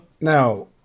now